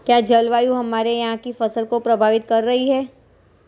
क्या जलवायु हमारे यहाँ की फसल को प्रभावित कर रही है?